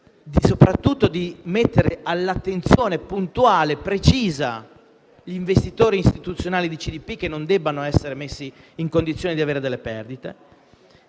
soprattutto, di mettere al centro dell'attenzione puntuale e precisa gli investitori istituzionali della CDP (che non devono essere messi in condizione di avere delle perdite),